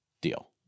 deal